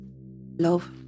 Love